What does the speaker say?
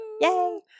Yay